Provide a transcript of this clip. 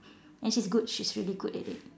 and she's good she's really good at it